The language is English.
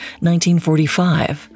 1945